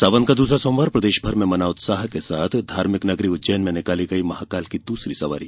सावन का दूसरा सोमवार प्रदेश भर में मना उत्साह के साथ धार्मिक नगरी उज्जैन में निकाली गयी महाकाल की दूसरी सवारी